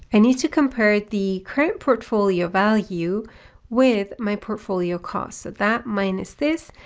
i need to compare the current portfolio value with my portfolio costs that minus this,